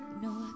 No